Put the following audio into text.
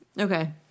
Okay